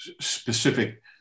specific